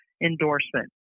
endorsement